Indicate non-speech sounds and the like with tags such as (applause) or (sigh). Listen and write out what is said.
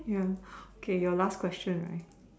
ya (breath) K your last question right